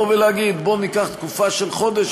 להגיד: בואו ניקח תקופה של חודש,